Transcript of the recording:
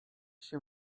się